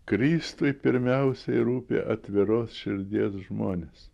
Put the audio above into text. kristui pirmiausiai rūpi atviros širdies žmonės